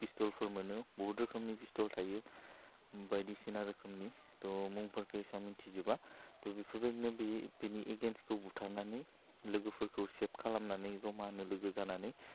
पिस्थलफोर मोनो बुहुत रोखोमनि पिस्थल थायो बायदिसिना रोखोमनि थह मुंफोरखौ इसिबां मोनथिजोबा थह बेफोरबायदिनो बे बेनि एगेन्स्टखौ बुथारनानै लोगोफोरखौ सेफ खालामनानै जमानो लोगो जानानै